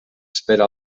espera